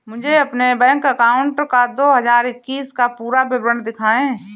मुझे अपने bank account का दो हज़ार इक्कीस का पूरा विवरण दिखाएँ?